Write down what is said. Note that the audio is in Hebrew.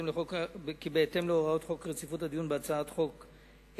כי בהתאם להוראות חוק רציפות הדיון בהצעות חוק,